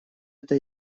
это